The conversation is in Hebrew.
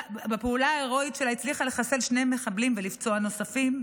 בפעולה ההירואית שלה הצליחה לחסל שני מחבלים ולפצוע נוספים.